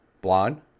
blonde